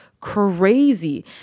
crazy